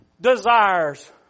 desires